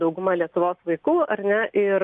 dauguma lietuvos vaikų ar ne ir